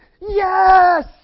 Yes